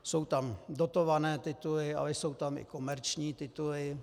Jsou tam dotované tituly, ale jsou tam i komerční tituly.